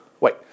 wait